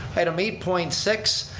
item eight point six,